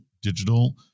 digital